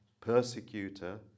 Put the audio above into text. persecutor